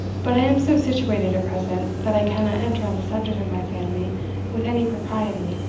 but i am so situated at present, that i cannot enter on the subject of my family with any propriety.